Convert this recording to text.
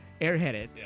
airheaded